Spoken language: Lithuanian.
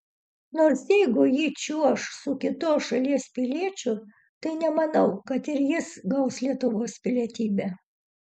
nors jeigu ji čiuoš su kitos šalies piliečiu tai nemanau kad ir jis gaus lietuvos pilietybę